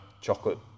chocolate